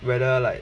whether like